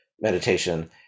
meditation